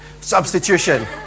Substitution